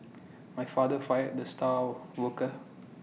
my father fired the star worker